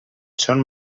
són